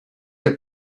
have